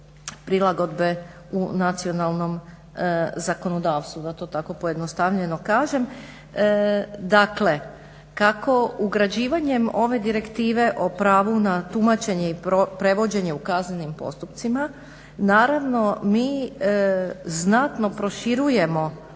prilagodbe u nacionalnom zakonodavstva, da to tako pojednostavljeno kažem. Dakle kako ugrađivanjem ove Direktive o pravu na tumačenje i prevođenje u kaznenim postupcima naravno mi znatno proširujemo